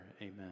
Amen